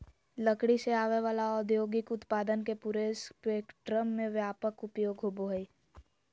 लकड़ी से आवय वला औद्योगिक उत्पादन के पूरे स्पेक्ट्रम में व्यापक उपयोग होबो हइ